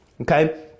Okay